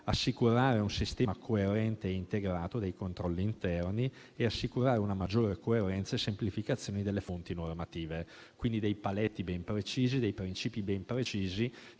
assicurare un sistema coerente e integrato dei controlli interni e assicurare una maggiore coerenza e semplificazione delle fonti normative. Si tratta, quindi, di paletti e principi ben precisi